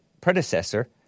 predecessor